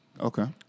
Okay